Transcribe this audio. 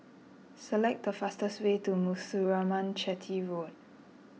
select the fastest way to Muthuraman Chetty Road